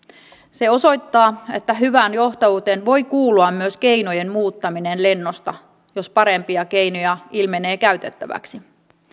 se osoittaa että hyvään johtajuuteen voi kuulua myös keinojen muuttaminen lennosta jos parempia keinoja ilmenee käytettäväksi